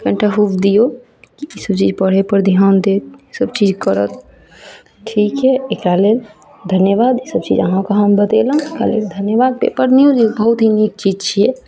कनीटा होप दियौ कि ईसब पढ़यपर ध्यान दै ईसब चीज करत ठीक अइ एकरा लेल धन्यवाद ईसब चीज अहाँके हम बतेलहुँ धन्यवाद पेपर न्यूज बहुत ही नीक चीज छियै